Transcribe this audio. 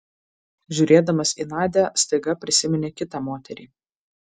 žiūrėdamas į nadią staiga prisiminė kitą moterį